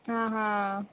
आ हा